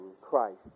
Christ